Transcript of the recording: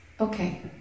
Okay